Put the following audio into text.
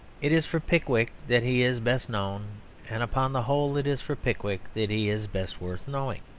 it is for pickwick that he is best known and upon the whole it is for pickwick that he is best worth knowing.